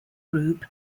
group